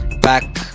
back